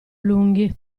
lunghi